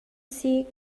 sik